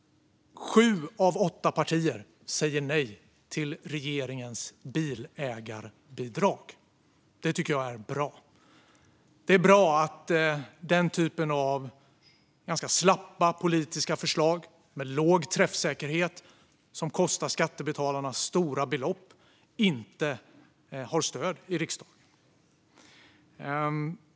Sju av åtta partier säger nej till regeringens bilägarbidrag. Det tycker jag är bra. Det är bra att den typen av ganska slappa politiska förslag med låg träffsäkerhet, som kostar skattebetalarna stora belopp, inte har stöd i riksdagen.